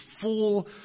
full